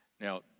Now